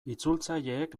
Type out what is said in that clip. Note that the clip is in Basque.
itzultzaileek